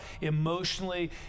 emotionally